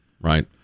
Right